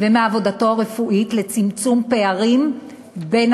ומעבודתו הרפואית לצמצום פערים בין